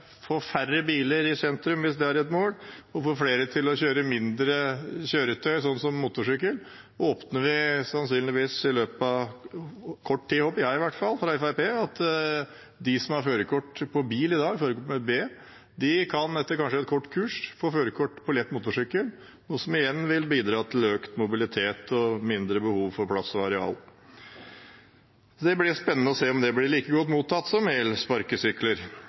få færre biler i sentrum og flere til å kjøre mindre kjøretøy som motorsykkel, er at vi sannsynligvis i løpet av kort tid – håper jeg i hvert fall, fra Fremskrittspartiet – åpner for at de som har førerkort klasse B for bil i dag, etter kanskje et kort kurs kan få førerkort for lett motorsykkel, noe som igjen vil bidra til økt mobilitet og mindre behov for plass og areal. Det blir spennende å se om det blir like godt mottatt som elsparkesykler.